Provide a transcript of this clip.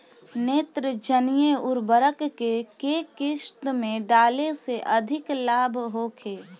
नेत्रजनीय उर्वरक के केय किस्त में डाले से अधिक लाभ होखे?